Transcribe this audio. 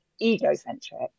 egocentric